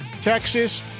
Texas